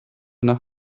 nach